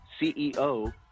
CEO